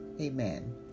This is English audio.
Amen